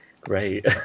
great